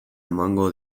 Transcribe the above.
emango